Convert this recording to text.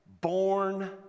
born